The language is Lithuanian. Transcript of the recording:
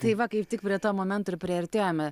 tai va kaip tik prie to momento ir priartėjome